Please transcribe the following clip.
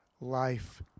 life